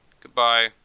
Goodbye